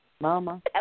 Mama